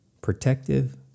protective